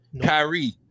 Kyrie